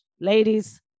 Ladies